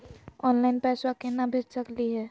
Online पैसवा केना भेज सकली हे?